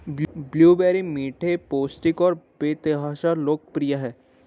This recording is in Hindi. ब्लूबेरी मीठे, पौष्टिक और बेतहाशा लोकप्रिय हैं